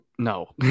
no